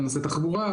בנושא תחבורה,